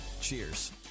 Cheers